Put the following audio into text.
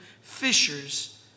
fishers